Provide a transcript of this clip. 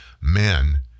men